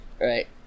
Right